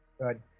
Good